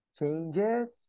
changes